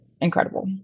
incredible